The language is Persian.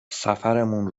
سفرمون